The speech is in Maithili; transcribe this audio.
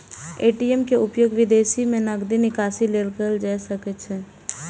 ए.टी.एम के उपयोग विदेशो मे नकदी निकासी लेल कैल जा सकैत छैक